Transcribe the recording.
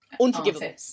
Unforgivable